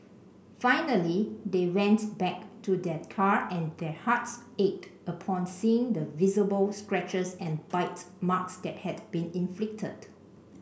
finally they went back to their car and their hearts ached upon seeing the visible scratches and bite marks that had been inflicted